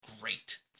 Great